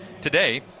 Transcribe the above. today